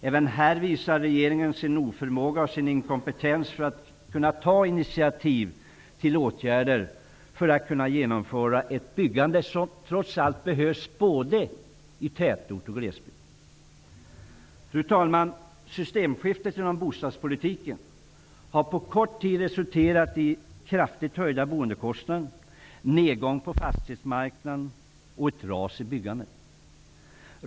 Även här visar regeringen sin oförmåga och sin inkompetens när det gäller att ta initiativ till åtgärder för att kunna genomföra ett byggande som trots allt behövs både i tätort och i glesbygd. Systemskiftet inom bostadspolitiken har på kort tid resulterat i kraftigt höjda boendekostnader, nedgång på fastighetsmarknaden och ett ras i byggandet.